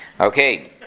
Okay